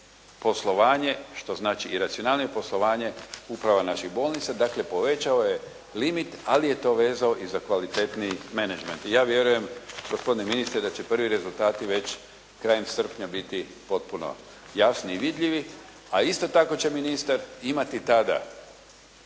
poslovanje, što znači i racionalnije poslovanje uprava znači bolnica, dakle povećao je limit, ali je to vezao i za kvalitetniji menagment. I ja vjerujem gospodine ministre da će prvi rezultati već krajem srpnja biti potpuno jasni i vidljivi, a isto tako će ministar imati tada